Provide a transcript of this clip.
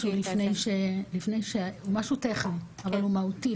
לפני שאת מתחילה אני רוצה להגיד משהו טכני אבל הוא מהותי,